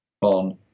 on